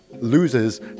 loses